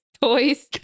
toys